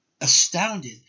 astounded